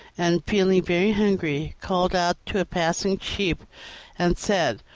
and, feeling very hungry, called out to a passing sheep and said,